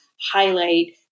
highlight